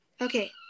Okay